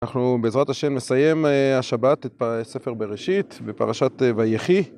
אנחנו בעזרת השם נסיים השבת את הספר בראשית בפרשת וייחי.